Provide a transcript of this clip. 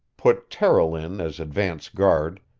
put terrill in as advance guard,